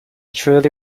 truly